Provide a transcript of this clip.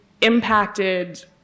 impacted